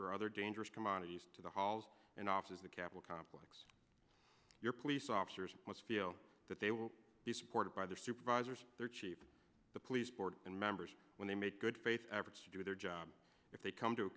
other dangerous commodities to the halls and offices the capitol complex your police officers must feel that they will be supported by the supervisors their chief the police board and members when they make good faith efforts to do their job if they come to